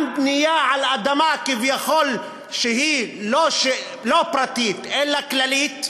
גם בנייה על אדמה שהיא כביכול לא פרטית אלא כללית,